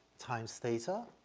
times theta.